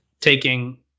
taking